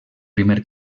primer